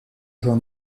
jouer